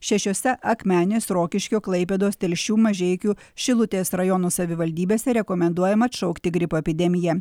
šešiose akmenės rokiškio klaipėdos telšių mažeikių šilutės rajono savivaldybėse rekomenduojama atšaukti gripo epidemiją